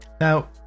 Now